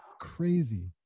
crazy